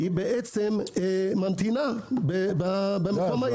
היא ממתינה בעצם במקום היעד.